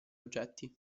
oggetti